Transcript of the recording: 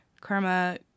Karma